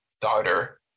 daughter